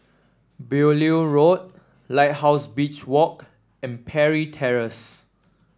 Beaulieu Road Lighthouse Beach Walk and Parry Terrace